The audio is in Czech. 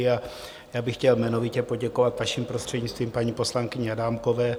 A já bych chtěl jmenovitě poděkovat vaším prostřednictvím paní poslankyni Adámkové.